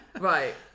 right